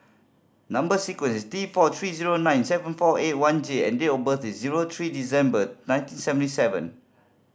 number sequence is T four three zero nine seven four eight one J and date of birth is zero three December nineteen seventy seven